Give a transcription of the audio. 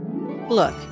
Look